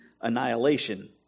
annihilation